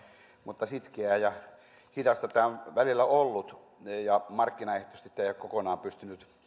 mutta sitkeää ja hidasta tämä on välillä ollut ja markkinaehtoisesti se ei ole kokonaan pystynyt